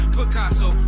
Picasso